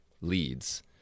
leads